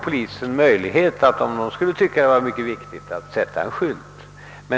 Men om det bedömes som mycket viktigt, kan polisen redan nu sätta upp en sådan skylt.